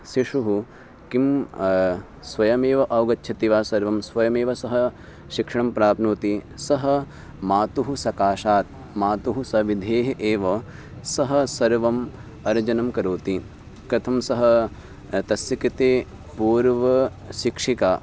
शिशुः किं स्वयमेव अवगच्छति वा सर्वं स्वयमेव सः शिक्षणं प्राप्नोति सः मातुः सकाशात् मातुः सविधे एव सः सर्वम् अर्जनं करोति कथं सः तस्य कृते पूर्वशिक्षिका